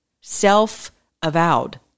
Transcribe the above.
Self-avowed